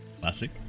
Classic